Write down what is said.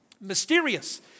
mysterious